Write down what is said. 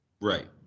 Right